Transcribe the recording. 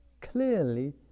clearly